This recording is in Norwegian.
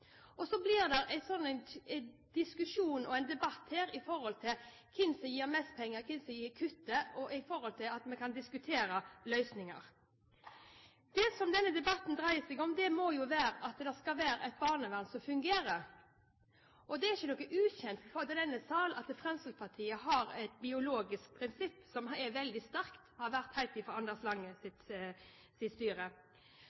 Og så blir det en diskusjon og en debatt her om hvem som gir mest penger, og hvem som vil kutte, i stedet for at vi diskuterer løsninger. Det som denne debatten dreier seg om, må jo være at vi skal ha et barnevern som fungerer. Og det er ikke ukjent for denne sal at Fremskrittspartiet mener at det biologiske prinsippet er veldig sterkt, og slik har det vært helt fra Anders Lange